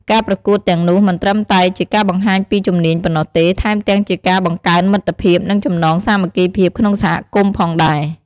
ការប្រកួតទាំងនោះមិនត្រឹមតែជាការបង្ហាញពីជំនាញប៉ុណ្ណោះទេ ថែមទាំងជាការបង្កើនមិត្តភាព និងចំណងសាមគ្គីភាពក្នុងសហគមន៍ផងដែរ។